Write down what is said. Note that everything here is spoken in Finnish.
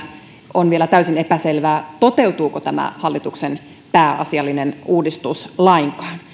on vielä täysin epäselvää toteutuuko tämä hallituksen pääasiallinen uudistus lainkaan